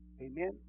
Amen